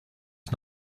ich